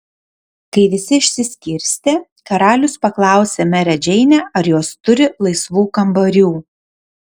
kai visi išsiskirstė karalius paklausė merę džeinę ar jos turi laisvų kambarių